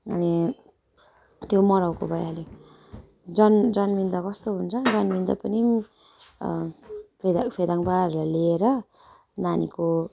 अनि त्यो मरौको भइहाल्यो जन जन्मिँदा कस्तो हुन्छ जन्मिँदा पनि फेदा फेदाङ्माहरूलाई लिएर नानीको